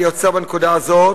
אני עוצר בנקודה הזאת,